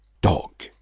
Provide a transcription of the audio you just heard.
Dog